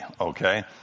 okay